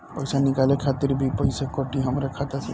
पईसा निकाले खातिर भी पईसा कटी हमरा खाता से?